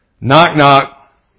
Knock-knock